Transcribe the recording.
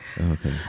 Okay